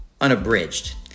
unabridged